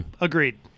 agreed